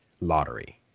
lottery